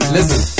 Listen